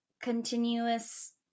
continuous